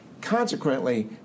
Consequently